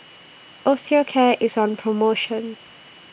Osteocare IS on promotion